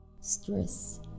stress